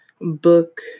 book